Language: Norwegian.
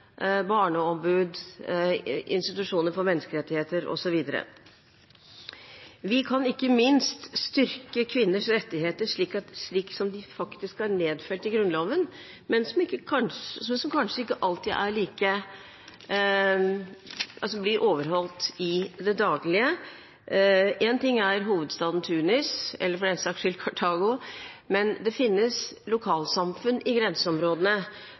barneombud, institusjoner for menneskerettigheter, osv. Vi kan ikke minst styrke kvinners rettigheter slik som de faktisk er nedfelt i grunnloven, men som kanskje ikke alltid blir overholdt i det daglige. En ting er hovedstaden Tunis, eller for den saks skyld Kartago, men det finnes lokalsamfunn i grenseområdene